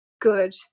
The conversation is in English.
good